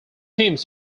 teams